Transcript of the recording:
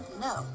No